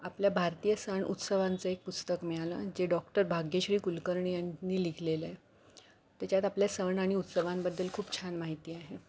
आपल्या भारतीय सण उत्सवांचं एक पुस्तक मिळालं जे डॉक्टर भाग्यश्री कुलकर्णी यांनी लिखलेलंय त्याच्यात आपल्या सण आणि उत्सवांबद्दल खूप छान माहिती आहे